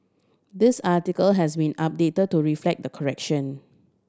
this article has been update to reflect the correction